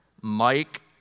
Mike